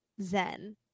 Zen